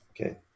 Okay